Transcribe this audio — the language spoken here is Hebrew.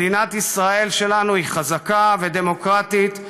מדינת ישראל שלנו היא חזקה ודמוקרטית,